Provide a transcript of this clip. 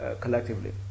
collectively